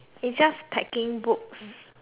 it's just packing books